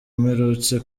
mperutse